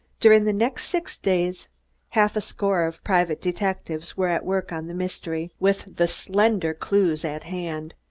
during the next six days half a score of private detectives were at work on the mystery, with the slender clews at hand.